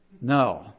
No